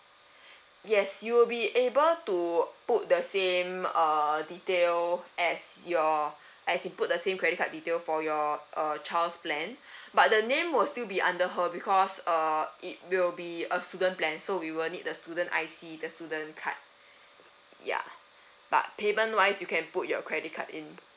yes you will be able to put the same uh detail as your as you put the same credit card detail for your uh child's plan but the name will still be under her because uh it will be a student plan so we will need the student I_C the student card ya but payment wise you can put your credit card in